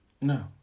No